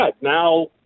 now